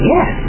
Yes